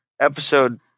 episode